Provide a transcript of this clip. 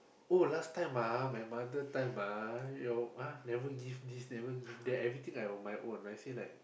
oh last time ah my mother time ah your uh never give this never give that everything I on my own I say like